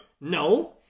No